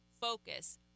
focus